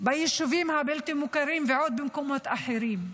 ביישובים הבלתי-מוכרים ובעוד מקומות אחרים.